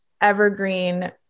evergreen